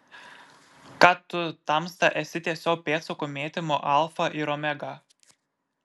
ką tu tamsta esi tiesiog pėdsakų mėtymo alfa ir omega